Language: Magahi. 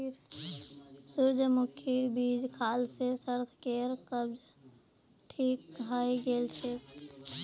सूरजमुखीर बीज खाल से सार्थकेर कब्ज ठीक हइ गेल छेक